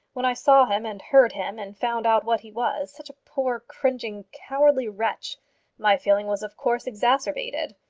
when i saw him, and heard him, and found out what he was such a poor, cringing, cowardly wretch my feeling was of course exacerbated.